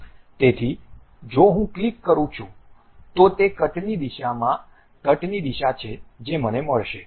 તેથી જો હું ક્લિક કરું છું તો તે કટની દિશા છે જે મને મળશે